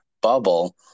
bubble